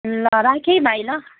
ल राखेँ है भाइ ल